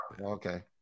Okay